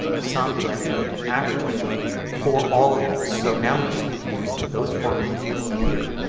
sum if, and average if for all of these. so now we just need to use those formulas here.